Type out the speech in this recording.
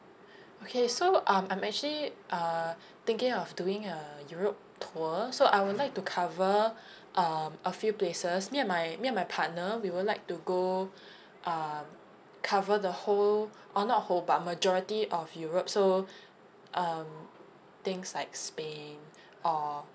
okay so um I'm actually uh thinking of doing a europe tour so I would like to cover um a few places me and my me and my partner we would like to go um cover the whole oh not whole but majority of europe so um things like spain or